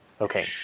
Okay